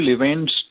events